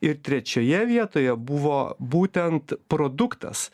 ir trečioje vietoje buvo būtent produktas